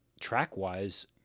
track-wise